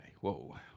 whoa